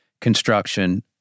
construction